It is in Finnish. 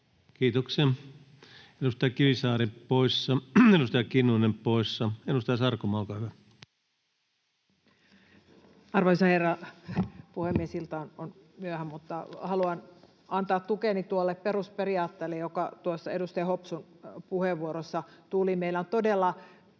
Kiitoksia. — Edustaja Kivisaari poissa, edustaja Kinnunen poissa. — Edustaja Sarkomaa, olkaa hyvä. Arvoisa herra puhemies! Ilta on myöhä, mutta haluan antaa tukeni tuolle perusperiaatteelle, joka tuossa edustaja Hopsun puheenvuorossa tuli. Meillä on todella